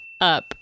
up